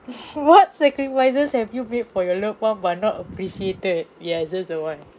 what sacrifices have you made for your loved one but not appreciated yes that's the one